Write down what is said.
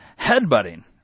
Headbutting